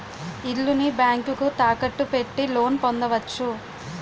ఇల్లుని బ్యాంకుకు తాకట్టు పెట్టి లోన్ పొందవచ్చు